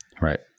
Right